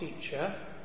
teacher